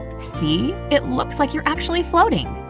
see, it looks like you're actually floating!